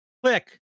click